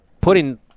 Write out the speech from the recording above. putting